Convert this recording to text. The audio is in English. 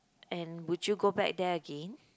and would you go back there again